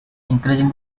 increasing